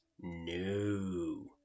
No